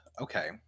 okay